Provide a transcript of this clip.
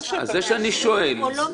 אז זה מה שאני שואל.